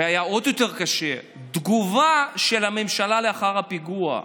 ועוד יותר קשה הייתה התגובה של הממשלה לאחר הפיגוע,